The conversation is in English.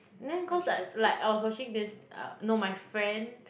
then cause like like I was watching this uh no my friend